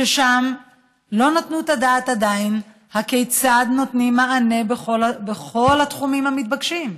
ששם לא נתנו את הדעת עדיין כיצד נותנים מענה בכל התחומים המתבקשים,